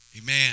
Amen